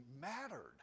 mattered